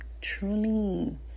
truly